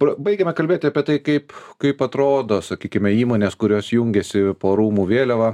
baigėme kalbėti apie tai kaip kaip atrodo sakykime įmonės kurios jungiasi po rūmų vėliava